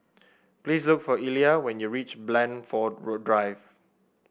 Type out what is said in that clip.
please look for Elia when you reach Blandford Drive